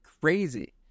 crazy